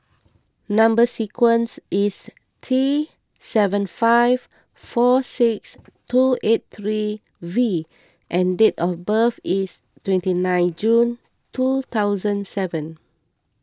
Number Sequence is T seven five four six two eight three V and date of birth is twenty nine June two thousand seven